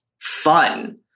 fun